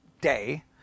day